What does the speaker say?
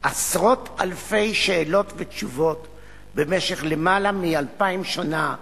עשרות אלפי שאלות ותשובות שעוסקות בנושא הזה במשך למעלה מ-2,000 שנה.